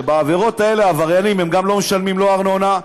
שבעבירות האלה העבריינים גם לא משלמים לא ארנונה,